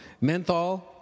Menthol